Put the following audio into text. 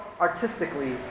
artistically